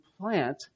plant